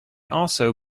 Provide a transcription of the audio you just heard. also